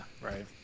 Right